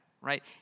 right